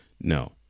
No